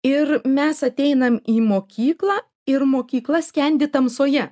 ir mes ateinam į mokyklą ir mokykla skendi tamsoje